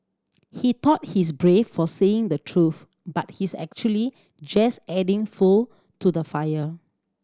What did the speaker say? he thought he's brave for saying the truth but he's actually just adding fuel to the fire